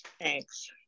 Thanks